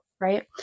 right